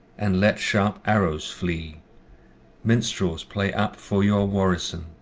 and let sharp arrows flee minstrels, play up for your warison,